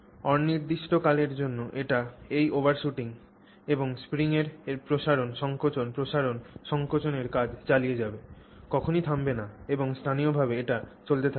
অনির্দিষ্টকালের জন্য এটি এই ওভারশুটিং এবং স্প্রিং এর প্রসারণ সংকোচন প্রসারণ সংকোচনের কাজ চালিয়ে যাবে কখনই থামবে না এবং স্থায়ীভাবে এটি চলতেই থাকবে